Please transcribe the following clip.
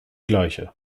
gleiche